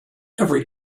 every